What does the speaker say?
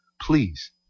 Please